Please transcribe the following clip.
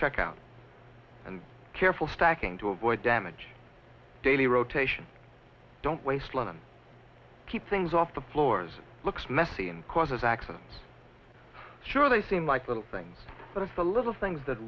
check out and careful stacking to avoid damage daily rotation don't waste a lot and keep things off the floors looks messy and causes accidents sure they seem like little things but of the little things that